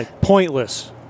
pointless